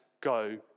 go